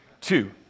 Two